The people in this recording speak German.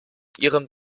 ihrem